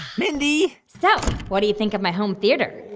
mindy. so what do you think of my home theater?